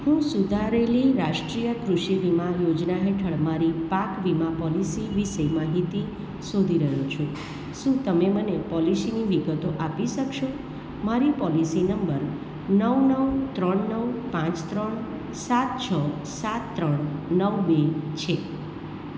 હું સુધારેલી રાષ્ટ્રીય કૃષિ વીમા યોજના હેઠળ મારી પાક વીમા પોલિસી વિશે માહિતી શોધી રહ્યો છું શું તમે મને પોલિસીની વિગતો આપી શકશો મારો પોલિસી નંબર નવ નવ ત્રણ નવ પાંચ ત્રણ સાત છ સાત ત્રણ નવ બે છે